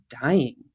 dying